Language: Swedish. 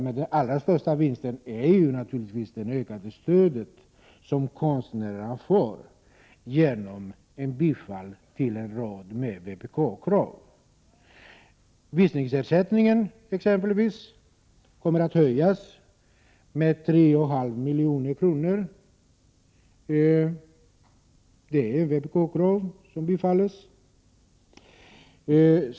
Men den allra största vinsten är naturligtvis det ökade stöd som konstnärerna får genom ett bifall till en rad vpk-krav. Bl.a. kommer visningsersättningen att höjas med 3,5 milj.kr. Det är ett vpk-krav som tillstyrkts.